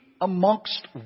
amongst